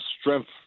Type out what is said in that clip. strength